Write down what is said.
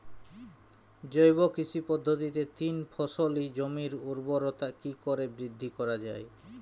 জৈব কৃষি পদ্ধতিতে তিন ফসলী জমির ঊর্বরতা কি করে বৃদ্ধি করা য়ায়?